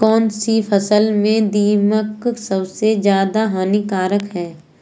कौनसी फसल में दीमक सबसे ज्यादा हानिकारक है?